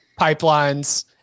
pipelines